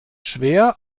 schwer